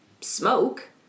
smoke